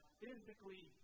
physically